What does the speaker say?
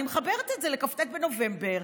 ואני מחברת את זה לכ"ט בנובמבר,